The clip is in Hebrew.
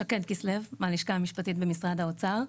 שקד כסלו, מהלשכה המשפטית במשרד האוצר.